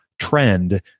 Trend